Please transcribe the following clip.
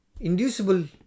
inducible